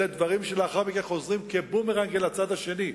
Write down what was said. אלה דברים שלאחר מכן חוזרים כבומרנג אל הצד השני.